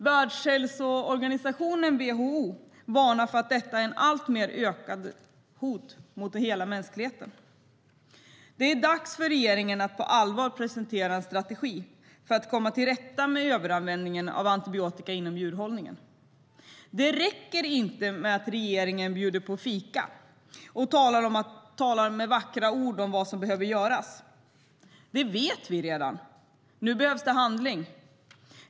Världshälsoorganisationen, WHO, varnar för att detta är ett alltmer ökande hot mot hela mänskligheten. Det är dags för regeringen att på allvar presentera en strategi för att komma till rätta med överanvändningen av antibiotika inom djurhållningen. Det räcker inte med att regeringen bjuder på fika och talar med vackra ord om vad som behöver göras. Det vet vi redan; nu behövs handling.